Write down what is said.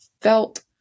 felt